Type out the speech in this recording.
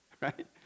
right